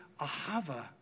ahava